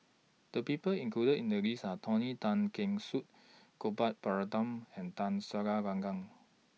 The People included in The list Are Tony Tan Keng Su Gopal Baratham and Tun Sri Lanang